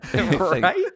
right